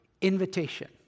invitation